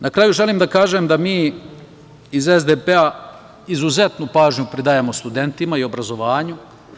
Na kraju, želim da kažem da mi iz SDPS izuzetnu pažnju pridajemo studentima i obrazovanju.